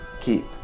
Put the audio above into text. keep